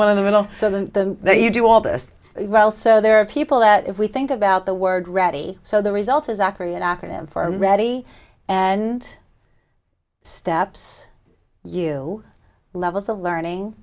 one in the middle so the there you do all this well so there are people that if we think about the word ready so the result is accurate an acronym for ready and steps you love as a learning